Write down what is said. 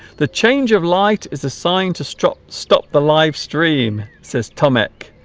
the change of light is assigned to stop stop the livestream says tomek